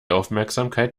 aufmerksamkeit